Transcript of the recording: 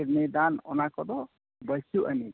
ᱠᱤᱰᱱᱤ ᱫᱟᱱ ᱚᱱᱟ ᱠᱚᱫᱚ ᱵᱟᱹᱪᱩᱜ ᱟᱹᱱᱤᱡ